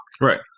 Right